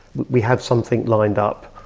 we have something lined up